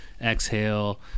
exhale